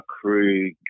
crew